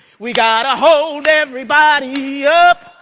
we got to hold everybody up.